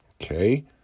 Okay